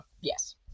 Yes